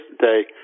today